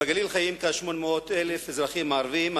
בגליל חיים כ-800,000 אזרחים ערבים.